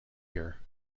here